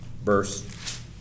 verse